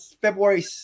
February